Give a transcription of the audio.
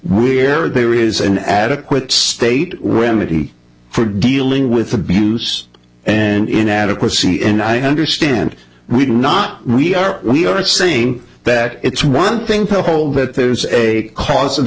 we're there is an adequate state women for dealing with abuse and inadequacy and i understand we've not we are we are saying that it's one thing powerful that there's a cause of